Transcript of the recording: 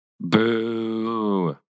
Boo